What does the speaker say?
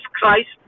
Christ